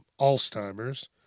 Alzheimer's